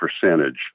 percentage